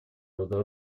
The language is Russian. рода